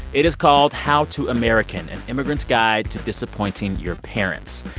it is called how to american an immigrant's guide to disappointing your parents.